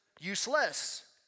useless